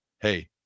hey